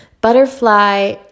Butterfly